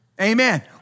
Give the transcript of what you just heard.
amen